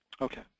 Okay